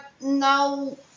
Now